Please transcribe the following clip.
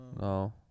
No